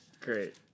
Great